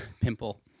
Pimple